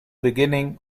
beginning